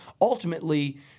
Ultimately